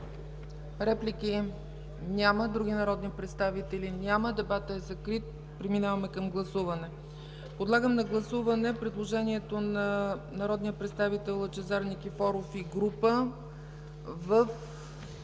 Реплики? Няма. Други народни представители? Няма. Дебатът е закрит. Преминаваме към гласуване. Подлагам на гласуване предложението на народния представител Лъчезар Никифоров и група в